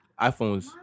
iPhones